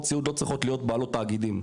סיעוד לא צריכות להיות בעלות תאגידים.